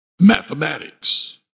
mathematics